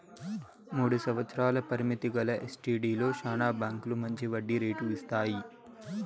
మూడు సంవత్సరాల పరిమితి గల ఎస్టీడీలో శానా బాంకీలు మంచి వడ్డీ రేటు ఇస్తాయి